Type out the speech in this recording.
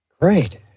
Great